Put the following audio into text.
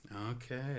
Okay